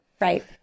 Right